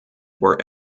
were